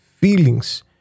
feelings